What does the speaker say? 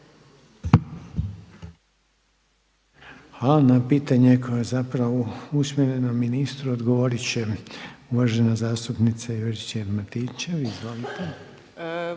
Hvala. Na pitanje koje je zapravo usmjereno ministru odgovoriti će uvažena zastupnica Juričev-Martinčev. Izvolite.